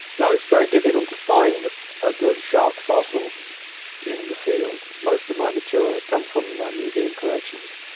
no, it's very difficult to find a good shark fossil in the field. most of my material has come from museum collections.